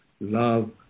love